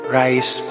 rise